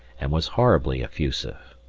and was horribly effusive.